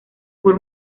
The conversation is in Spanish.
por